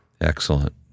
Excellent